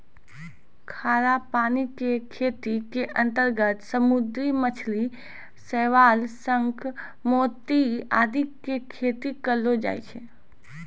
खारा पानी के खेती के अंतर्गत समुद्री मछली, शैवाल, शंख, मोती आदि के खेती करलो जाय छै